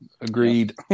agreed